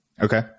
Okay